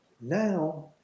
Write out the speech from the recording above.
now